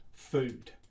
food